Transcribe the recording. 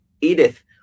Edith